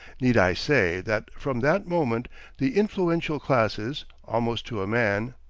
need i say that from that moment the influential classes, almost to a man,